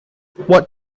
what